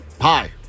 Hi